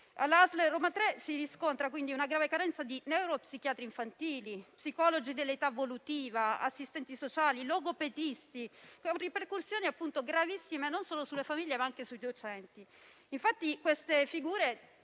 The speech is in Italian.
Alla ASL Roma 3 si riscontra una grave carenza di neuropsichiatri infantili, psicologi dell'età evolutiva, assistenti sociali e logopedisti, con ripercussioni gravissime non solo sulle famiglie ma anche sui docenti. Queste figure